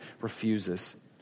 refuses